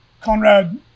conrad